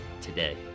today